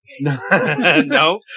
No